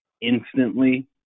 instantly